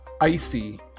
Icy